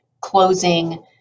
closing